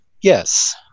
yes